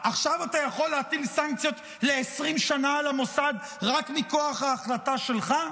עכשיו אתה יכול להטיל סנקציות ל-20 שנה על המוסד רק מכוח ההחלטה שלך?